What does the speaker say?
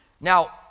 Now